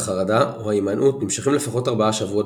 החרדה או ההימנעות נמשכים לפחות ארבעה שבועות